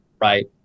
Right